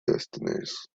destinies